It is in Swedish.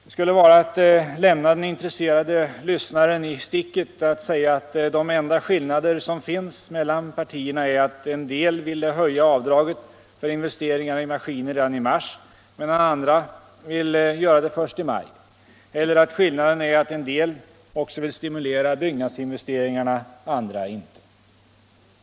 Det skulle vara att lämna den intresserade lyssnaren i sticket att säga att de enda skillnader som finns mellan partierna är att en del ville höja avdraget för investeringar i maskiner redan i mars, medan andra vill göra det först i maj, eller att skillnaden är att en del också vill stimulera byggnadsinvesteringarna, andra inte.